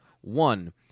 one